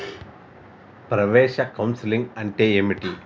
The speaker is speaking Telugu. ప్రవేశ కౌన్సెలింగ్ అంటే ఏమిటి?